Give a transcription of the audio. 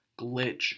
glitch